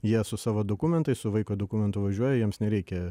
jie su savo dokumentais su vaiko dokumentu važiuoja jiems nereikia